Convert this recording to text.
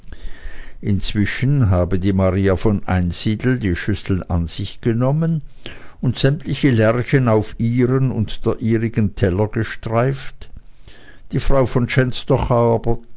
inzwischen habe die maria von einsiedeln die schüssel an sich genommen und sämtliche lerchen auf ihren und der ihrigen teller gestreift die frau von